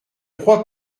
crois